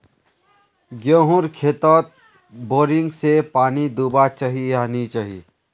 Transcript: गेँहूर खेतोत बोरिंग से पानी दुबा चही या नी चही?